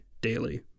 Daily